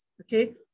okay